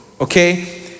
okay